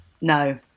No